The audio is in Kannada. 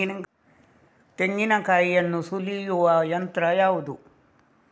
ತೆಂಗಿನಕಾಯಿಯನ್ನು ಸುಲಿಯುವ ಯಂತ್ರ ಯಾವುದು?